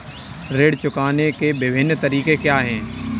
ऋण चुकाने के विभिन्न तरीके क्या हैं?